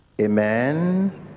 Amen